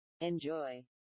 enjoy